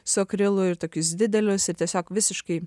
su akrilu ir tokius didelius ir tiesiog visiškai